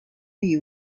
you